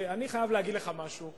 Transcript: אני חייב להגיד לך משהו,